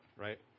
right